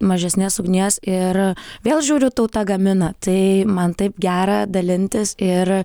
mažesnės ugnies ir vėl žiūriu tauta gamina tai man taip gera dalintis ir